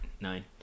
Nine